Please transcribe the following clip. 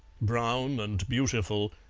brown and beautiful,